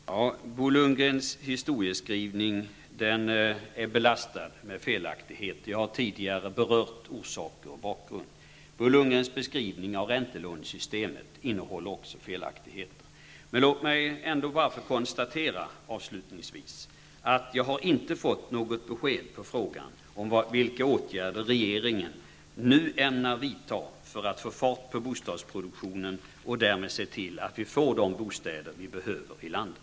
Fru talman! Bo Lundgrens historieskrivning är belastad med felaktigheter. Jag har tidigare berört orsaker och bakgrund. Bo Lundgrens beskrivning av räntelånesystemet innehåller också felaktigheter. Låt mig avslutningsvis konstatera att jag inte har fått något besked om vilka åtgärder regeringen nu ämnar vidta för att få fart på bostadsproduktionen och därmed se till att vi får de bostäder vi behöver i landet.